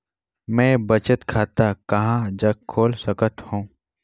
मैं बचत खाता कहां जग खोल सकत हों?